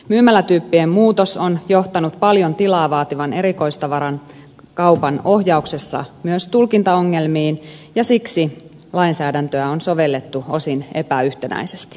myymälätyyppien muutos on johtanut paljon tilaa vaativan erikoistavaran kaupan ohjauksessa myös tulkintaongelmiin ja siksi lainsäädäntöä on sovellettu osin epäyhtenäisesti